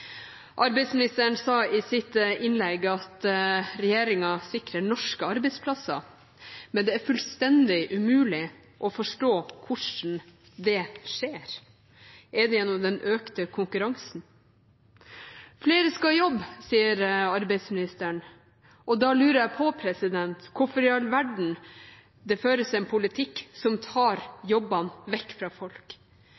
Arbeidsministeren sa i sitt innlegg at regjeringen sikrer norske arbeidsplasser, men det er fullstendig umulig å forstå hvordan det skjer. Er det gjennom den økte konkurransen? Flere skal i jobb, sier arbeidsministeren. Da lurer jeg på hvorfor i all verden det føres en politikk som tar